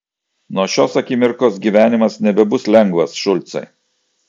nuo šios akimirkos gyvenimas nebebus lengvas šulcai